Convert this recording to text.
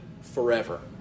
forever